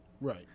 Right